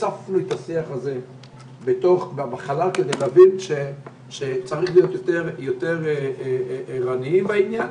הצפנו את השיח הזה כדי להבין שצריך להיות ערניים בעניין.